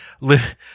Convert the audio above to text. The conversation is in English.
live